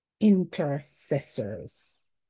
intercessors